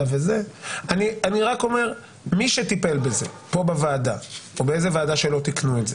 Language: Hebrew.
אני רק אומר שמי שטיפל בזה פה בוועדה או באיזו ועדה שלא תיקנו את זה,